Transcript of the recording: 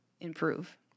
improve